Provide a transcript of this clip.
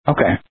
Okay